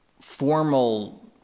formal